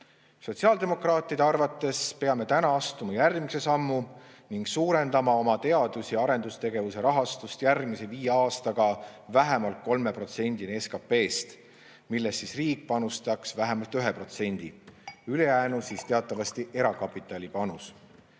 Sotsiaaldemokraatide arvates peame täna astuma järgmise sammu ning suurendama oma teadus‑ ja arendustegevuse rahastust järgmise viie aastaga vähemalt 3%‑ni SKP‑st, millest siis riik panustaks vähemalt 1%. Ülejäänu oleks teatavasti erakapitali panus.